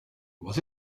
was